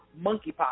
monkeypox